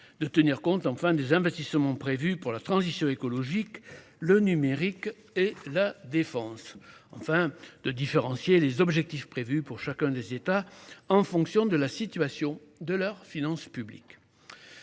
de tenir compte des investissements prévus pour la transition écologique, pour le numérique et pour la défense. Enfin, elle invite à différencier les objectifs prévus pour chacun des États en fonction de la situation de leurs finances publiques.